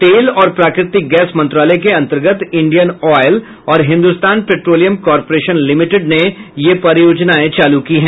तेल और प्राकृतिक गैस मंत्रालय के अंतर्गत इंडियन ऑयल और हिंदुस्तान पेट्रोलियम कॉर्पोरेशन लिमिटेड ने यह परियोजनाएं चालू की हैं